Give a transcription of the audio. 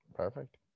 Perfect